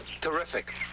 Terrific